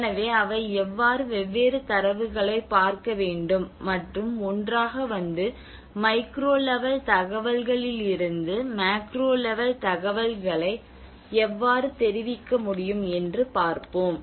எனவே அவை எவ்வாறு வெவ்வேறு தரவுகளைப் பார்க்க வேண்டும் மற்றும் ஒன்றாக வந்து மைக்ரோ லெவல் தகவல்களிலிருந்து மேக்ரோ லெவல் தகவல்களை எவ்வாறு தெரிவிக்க முடியும் என்று பார்ப்போம்